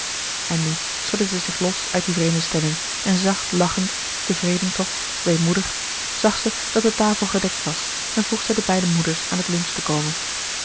en nu schudde zij zich los uit die vreemde stemming en zacht lachend tevreden toch weemoedig zag zij dat de tafel gedekt was en vroeg zij de beide moeders aan het lunch te komen